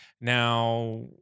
Now